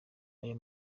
aya